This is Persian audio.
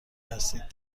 هستید